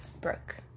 Brooke